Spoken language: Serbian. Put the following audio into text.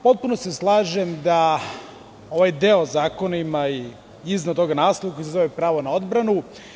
Potpuno se slažem da ovaj deo zakona ima iznad toga naslov koji se zove pravo na odbranu.